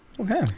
Okay